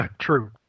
True